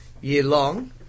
year-long